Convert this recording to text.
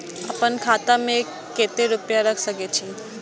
आपन खाता में केते रूपया रख सके छी?